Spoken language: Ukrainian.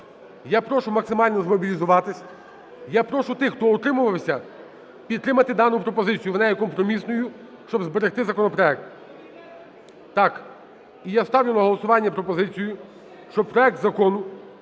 Я прошу максимально змобілізуватись, я прошу тих, хто утримувався, підтримати дану пропозицію, вона є компромісною, щоб зберегти законопроект. Так, і ставлю на голосування пропозицію, щоб проект Закону